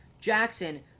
Jackson